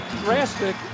drastic